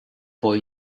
boy